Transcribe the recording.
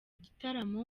igitaramo